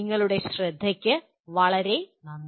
നിങ്ങളുടെ ശ്രദ്ധയ്ക്ക് വളരെ നന്ദി